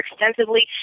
extensively